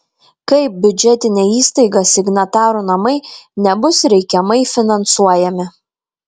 kaip biudžetinė įstaiga signatarų namai nebus reikiamai finansuojami